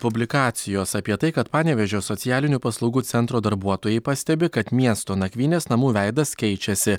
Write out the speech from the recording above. publikacijos apie tai kad panevėžio socialinių paslaugų centro darbuotojai pastebi kad miesto nakvynės namų veidas keičiasi